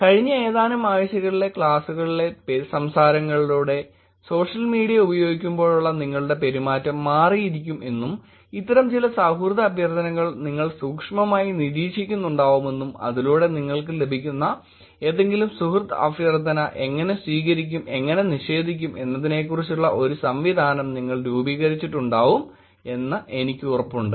കഴിഞ്ഞ ഏതാനും ആഴ്ചകളിലെ ക്ലാസ്സുകളിലെ സംസാരങ്ങളിലൂടെ സോഷ്യൽ മീഡിയ ഉപയോഗിക്കുമ്പോഴുള്ള നിങ്ങളുടെ പെരുമാറ്റം മാറിയിരിക്കും എന്നും ഇത്തരം ചില സൌഹൃദ അഭ്യർത്ഥനകൾ നിങ്ങൾ സൂക്ഷ്മമായി നിരീക്ഷിക്കുന്നുണ്ടാവുമെന്നും അതിലൂടെ നിങ്ങൾക്ക് ലഭിക്കുന്ന ഏതെങ്കിലും സുഹൃത്ത് അഭ്യർത്ഥന എങ്ങനെ സ്വീകരിക്കും എങ്ങനെ നിഷേധിക്കും എന്നതിനെക്കുറിച്ചുള്ള ഒരു സംവിധാനം നിങ്ങൾ രൂപീകരിച്ചിട്ടുണ്ടാവും എന്ന് എനിക്കുറപ്പുണ്ട്